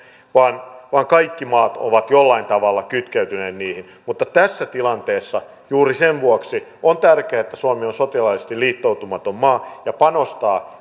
vaan vaan kaikki maat ovat jollain tavalla kytkeytyneinä niihin mutta tässä tilanteessa juuri sen vuoksi on tärkeää että suomi on sotilaallisesti liittoutumaton maa ja panostaa